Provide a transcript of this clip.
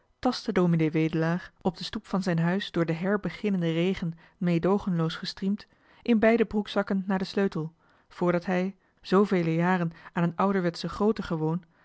tastte ds wedelaar op de stoep van zijn huis door den herbeginnenden regen meedoogenloos gestriemd in beide broekzakken naar den sleutel voordat hij zvele jaren aan een ouderwetschen grooten gewoon